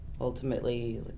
ultimately